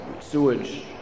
sewage